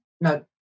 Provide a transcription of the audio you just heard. no